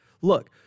look